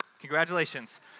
congratulations